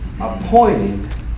appointed